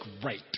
great